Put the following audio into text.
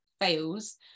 fails